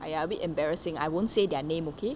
!aiya! a bit embarrassing I won't say their name okay